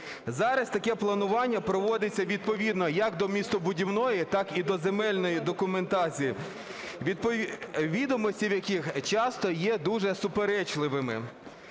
Зараз таке планування проводиться відповідно як до містобудівної, так і до земельної документації, відомості в яких часто є дуже суперечливими.